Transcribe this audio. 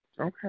Okay